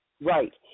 Right